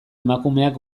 emakumeak